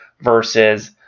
versus